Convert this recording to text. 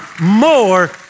more